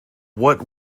what